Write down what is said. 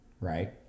right